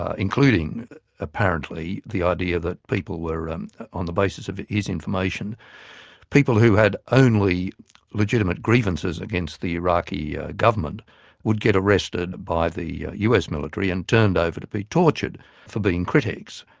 ah including apparently the idea that people were um on the basis of his information people who had only legitimate grievances against the iraqi government would be arrested by the us military and turned over to be tortured for being critics.